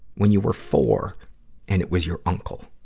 when you were four and it was your uncle?